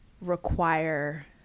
require